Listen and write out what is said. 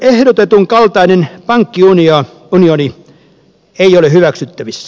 ehdotetun kaltainen pankkiunioni ei ole hyväksyttävissä